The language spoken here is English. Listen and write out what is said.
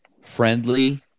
friendly